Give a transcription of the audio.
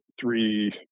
three